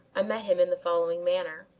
i met him in the following manner.